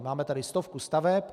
Máme tady stovku staveb.